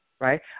right